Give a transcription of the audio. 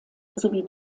sowie